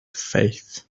faith